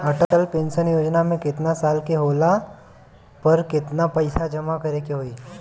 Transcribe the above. Atal pension योजना मे केतना साल के होला पर केतना पईसा जमा करे के होई?